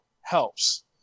helps